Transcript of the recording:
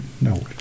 No